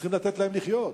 צריכים לתת להם לחיות,